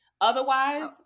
Otherwise